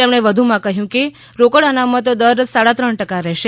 તેમણે કહ્યું કે રોકડ અનામત દર સાડા ત્રણ ટકા રહેશે